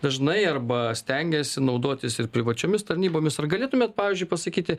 dažnai arba stengiasi naudotis ir privačiomis tarnybomis ar galėtumėt pavyzdžiui pasakyti